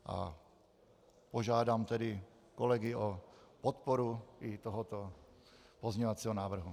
A požádám tedy kolegy o podporu i tohoto pozměňovacího návrhu.